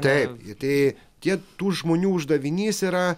taip tai tiek tų žmonių uždavinys yra